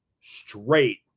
straight